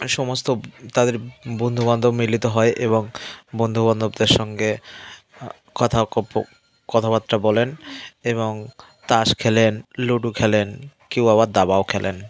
সমস্ত তাদের বন্ধু বান্ধব মিলিত হয় এবং বন্ধু বান্ধবদের সঙ্গে কথা খুব কথাবার্তা বলেন এবং তাস খেলেন লুডো খেলেন কেউ আবার দাবাও খেলেন